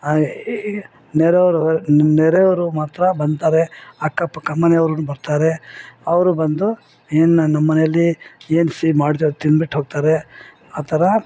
ನೆರೆಯವ್ರು ನೆರೆಯವ್ರು ಮಾತ್ರ ಬಂತಾರೆ ಅಕ್ಕಪಕ್ಕ ಮನೆ ಅವ್ರು ಬರ್ತಾರೆ ಅವರು ಬಂದು ಏನು ನನ್ನ ಮನೆಯಲ್ಲಿ ಏನು ಸಿಹಿ ಮಾಡಿದ್ರು ತಿನ್ಬಿಟ್ಟು ಹೋಗ್ತಾರೆ ಆ ಥರ